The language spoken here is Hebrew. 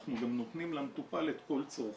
אנחנו גם נותנים למטופל את כל צורכו.